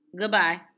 Goodbye